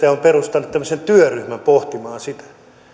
ja on perustanut työryhmän pohtimaan sitä